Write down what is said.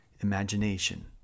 imagination